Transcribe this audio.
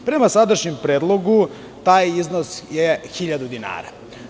Pre sadašnjem predlogu taj iznos je hiljadu dinara.